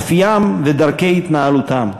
אופיים ודרכי התנהלותם.